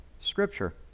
Scripture